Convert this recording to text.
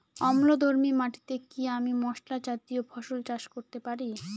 অম্লধর্মী মাটিতে কি আমি মশলা জাতীয় ফসল চাষ করতে পারি?